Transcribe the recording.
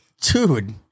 Dude